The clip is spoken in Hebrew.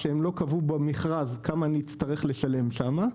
שהם לא קבעו במכרז כמה נצטרך לשלם שם,